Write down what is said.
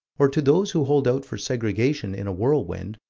or to those who hold out for segregation in a whirlwind,